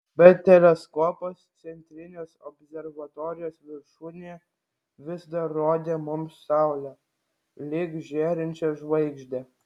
bet teleskopas centrinės observatorijos viršūnėje vis dar rodė mums saulę lyg žėrinčią žvaigždę